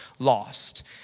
lost